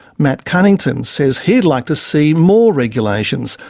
matt cunnington says he'd like to see more regulations,